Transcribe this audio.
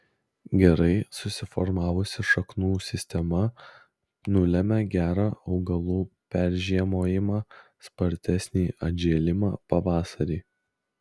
gerai susiformavusi šaknų sistema nulemia gerą augalų peržiemojimą spartesnį atžėlimą pavasarį